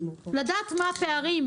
לדעת מה הפערים,